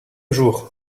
jour